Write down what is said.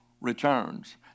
returns